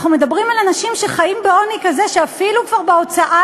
אנחנו מדברים על אנשים שחיים בעוני כזה שאפילו כבר בהוצאה